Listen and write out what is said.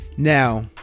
now